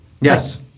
Yes